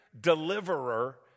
deliverer